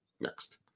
Next